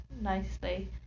nicely